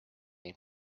ning